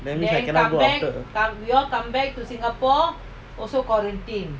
then means I cannot go